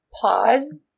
pause